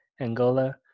Angola